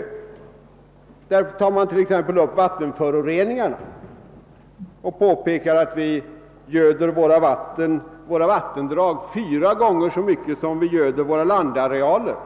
I det tar man t.ex. upp vattenföroreningarna och påpekar att vi göder våra vattendrag fyra gånger så mycket som våra landarealer.